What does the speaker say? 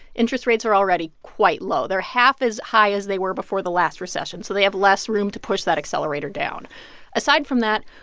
interest rates are already quite low. they're half as high as they were before the last recession, so they have less room to push that accelerator down aside from that,